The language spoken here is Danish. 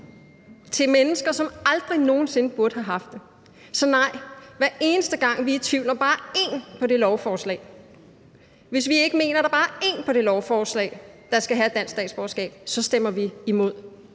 til mennesker, som aldrig nogen sinde burde have haft det. Så vi siger nej, hver eneste gang vi er i tvivl om bare én på det lovforslag. Hvis der bare er én på det lovforslag, vi ikke mener skal have dansk statsborgerskab, så stemmer vi imod